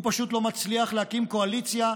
הוא פשוט לא מצליח להקים קואליציה,